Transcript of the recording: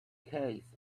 case